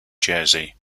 jersey